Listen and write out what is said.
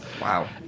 Wow